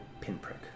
pinprick